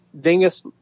Dingus